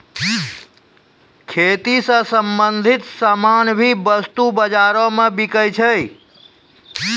खेती स संबंछित सामान भी वस्तु बाजारो म बिकै छै